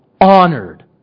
honored